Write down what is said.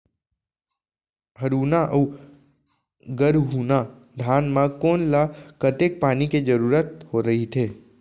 हरहुना अऊ गरहुना धान म कोन ला कतेक पानी के जरूरत रहिथे?